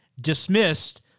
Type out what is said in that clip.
dismissed